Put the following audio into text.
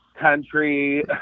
country